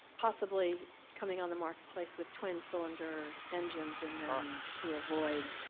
possibly coming on the marketplace with twin cylinder engines and then to avoid